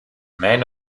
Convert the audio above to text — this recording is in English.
main